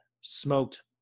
smoked